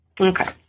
Okay